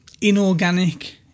inorganic